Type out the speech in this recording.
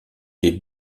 des